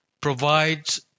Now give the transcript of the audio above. provides